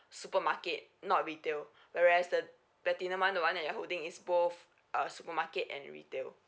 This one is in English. supermarket not retail whereas the platinum one the one that you're holding is both uh supermarket and retail